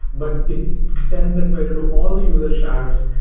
but it sends the query to all the user shards,